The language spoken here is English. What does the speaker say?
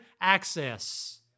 access